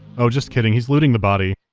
oh, just kidding, he's looting the body.